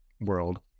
world